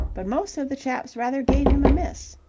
but most of the chaps rather gave him a miss.